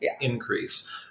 increase